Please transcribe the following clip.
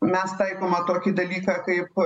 mes taikome tokį dalyką kaip